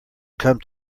come